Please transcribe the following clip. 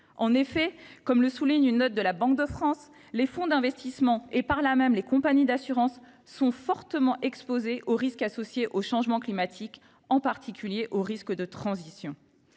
En effet, comme le souligne la Banque de France dans une note, les fonds d’investissement et, par là même les compagnies d’assurances, sont fortement exposés au risque associé au changement climatique, en particulier aux risques climatiques